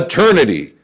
Eternity